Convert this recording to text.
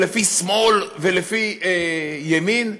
לפי שמאל ולפי ימין?